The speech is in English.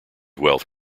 wealth